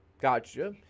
Gotcha